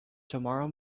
tomorrow